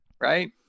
right